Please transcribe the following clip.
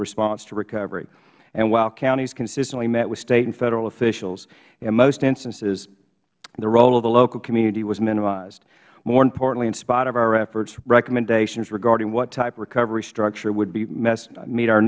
response to recovery and while counties consistently met with state and federal officials in most instances the role of the local community was minimized more importantly in spite of our efforts recommendations regarding what type of recovery structure would